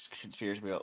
conspiracy